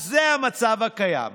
אז זה המצב הקיים.